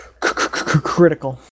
critical